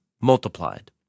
multiplied